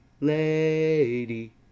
lady